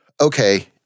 okay